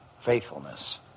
Faithfulness